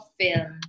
film